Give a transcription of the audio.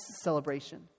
celebration